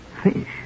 Fish